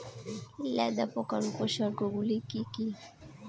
লেদা পোকার উপসর্গগুলি কি কি?